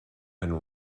and